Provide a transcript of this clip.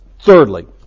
thirdly